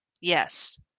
Yes